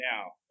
now